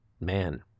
man